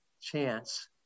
chance